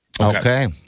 Okay